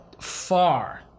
far